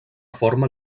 forma